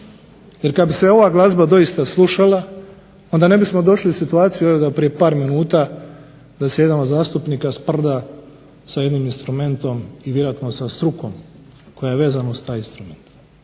Jer kada bi se ova glazba doista slušala onda ne bismo došli u situaciju da prije par minuta da se jedan od zastupnika sprda sa jednim instrumentom i vjerojatno sa strukom koja je vezana uz taj instrument.